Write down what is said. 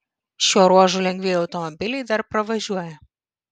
šiuo ruožu lengvieji automobiliai dar pravažiuoja